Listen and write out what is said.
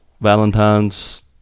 Valentine's